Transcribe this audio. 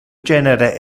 genere